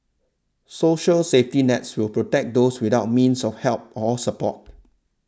social safety nets will protect those without means of help or support